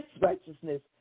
righteousness